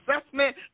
assessment